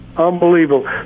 Unbelievable